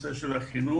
הנושא של החינוך.